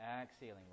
Exhaling